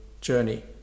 journey